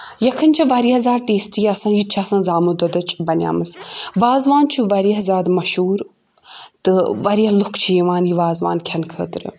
یَخٔنۍ چھِ واریاہ زیادٕ ٹیسٹی آسان یہِ تہِ چھِ آسان زامہٕ دۄدٕچ بَنیامٕژ وازوان چھُ واریاہ زیادٕ مَشہوٗر تہٕ واریاہ لُکھ چھِ یِوان یہِ وازوان کھؠنہٕ خٲطرٕ